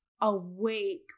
awake